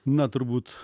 na turbūt